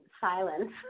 silence